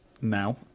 now